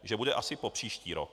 Že bude asi popříští rok.